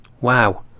Wow